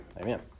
Amen